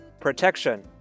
Protection